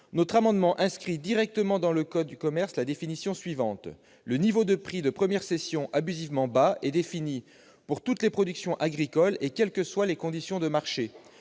Notre amendement vise à inscrire directement dans le code de commerce la définition suivante :« Le niveau de prix de première cession abusivement bas est défini, pour toutes les productions agricoles et quelles que soient les conditions de marché,